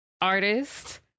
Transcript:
artist